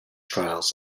trials